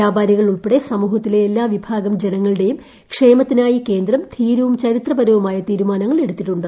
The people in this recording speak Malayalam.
വ്യാപാരികൾ ഉൾപ്പെടെ സമൂഹത്തിലെ എല്ലാവിഭാഗം ജനങ്ങളുടെയും ക്ഷേമത്തിനായി കേന്ദ്രംധീരവും ചരിത്രപരവുമായ തീരുമാനങ്ങൾ എടുത്തിട്ടുണ്ട്